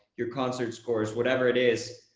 your concert scores, whatever it is.